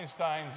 Einsteins